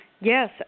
Yes